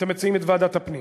מציעים את ועדת הפנים.